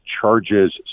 Charges